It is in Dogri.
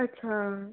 अच्छा